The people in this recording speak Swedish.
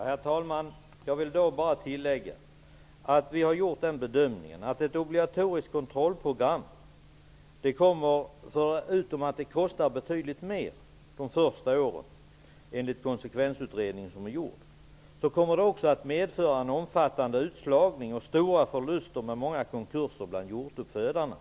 Herr talman! Jag vill bara tillägga att vi har gjort den bedömningen att ett obligatoriskt kontrollprogram skulle medföra -- förutom att det skulle kosta betydligt mer de första åren, enligt den konsekvensutredning som har gjorts -- en omfattande utslagning och stora förluster, med många konkurser, bland hjortuppfödarna.